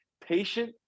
patient